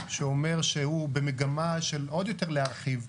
שאומר שהוא במגמה של עוד יותר להרחיב,